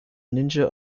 ninja